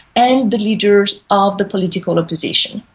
and the leaders of the political opposition.